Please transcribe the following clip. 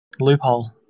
Loophole